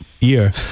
year